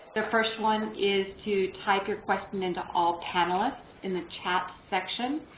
the first one is to type your question in to all panelists in the chat section.